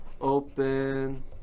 Open